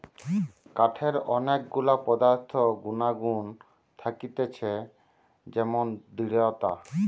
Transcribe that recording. কাঠের অনেক গুলা পদার্থ গুনাগুন থাকতিছে যেমন দৃঢ়তা